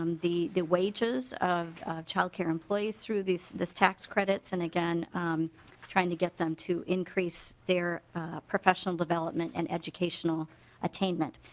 um the the wages of childcare employees through this this tax credit and again trying to get them to increase their professional development and educational attainment.